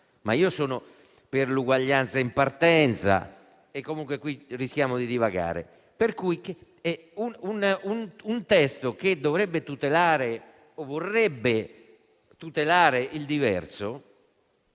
ma io sono per l'uguaglianza in partenza e, comunque, qui rischiamo di divagare. Quindi, di fronte a un testo che dovrebbe o vorrebbe tutelare il diverso,